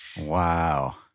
Wow